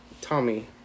Tommy